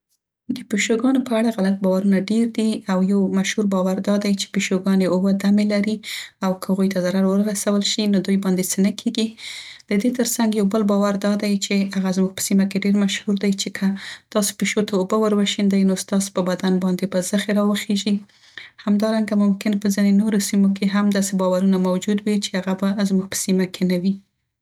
د پیشوګانو په اړه غلط باورنه ډیر دي او یو مشهور باور دا دی چې پیشوګانې اوه دمې لري او که هغوی ته ضرر وروسول شي نو دوی باندې څه نه کیګي. د دې تر څنګ یو بل باور دا دی چې هغه زموږ په سیمه کې ډیر مشهور دی، چې که تاسو پیشو ته اوبه وروشیندی نو ستاسو په بدن باندې به زخې راوخیږي. همدارنګه ممکن په ځينې نورو سیمو کې هم داسې باورونه موجود وي چې هغه به زموږ په سیمه کې نه وي.